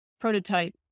prototype